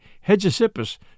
Hegesippus